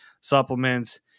supplements